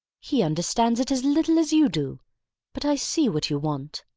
he understands it as little as you do but i see what you want.